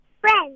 Friends